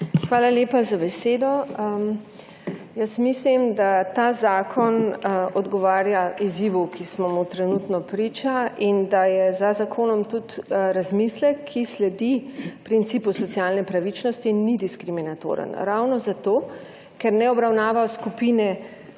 Hvala lepa za besedo. Mislim, da ta zakon odgovarja izzivu, ki smo mu trenutno priče, in da je za zakonom tudi razmislek, ki sledi principu socialne pravičnosti in ni diskriminatoren. Ravno zato, ker ne obravnava skupine,